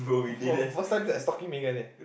oh first time that I stalking Megan eh